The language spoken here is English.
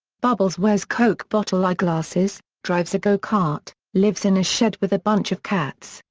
bubbles wears coke-bottle eyeglasses, drives a go kart, lives in a shed with a bunch of cats,